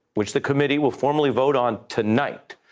which the committee will formally vote on tonight,